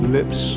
Lips